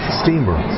steamer